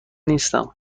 نیستم